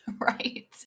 Right